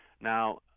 now